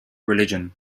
religion